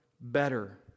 better